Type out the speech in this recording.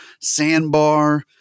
sandbar